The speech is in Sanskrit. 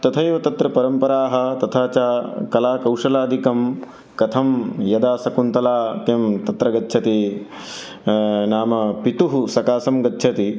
तथैव तत्र परम्पराः तथा च कलाकौशलादिकं कथं यदा शकुन्तला किं तत्र गच्छति नाम पितुः सकाशं गच्छति